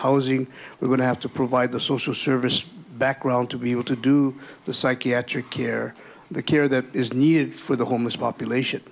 housing we're going to have to provide the social service background to be able to do the psychiatric care the care that is needed for the homeless population